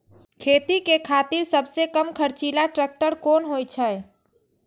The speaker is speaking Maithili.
खेती के खातिर सबसे कम खर्चीला ट्रेक्टर कोन होई छै?